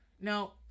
no